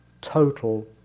total